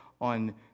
on